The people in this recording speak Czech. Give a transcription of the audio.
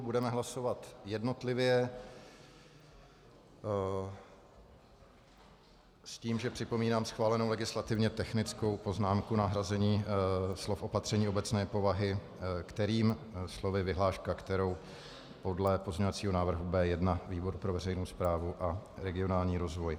Budeme hlasovat jednotlivě s tím, že připomínám schválenou legislativně technickou poznámku nahrazení slov opatření obecné povahy slovy vyhláška, podle pozměňovacího návrhu B1 výboru pro veřejnou správu a regionální rozvoj.